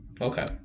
Okay